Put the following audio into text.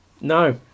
No